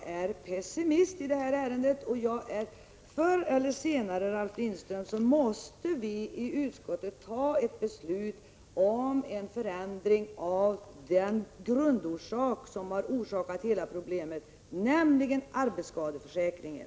Jag är pessimist i det här sammanhanget. Förr eller senare, Ralf Lindström måste vi i utskottet ta ställning till en förändring när det gäller grundorsaken till hela problemet, nämligen arbetsskadeförsäkringen.